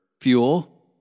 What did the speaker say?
fuel